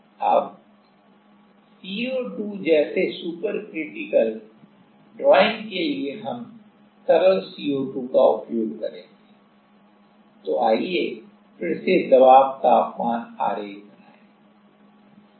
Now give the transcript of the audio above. अब CO2 जैसे super critical सुखाने के लिए हम तरल CO2 का उपयोग करेंगे तो आइए फिर से दबाव तापमान आरेख बनाएं